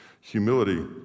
Humility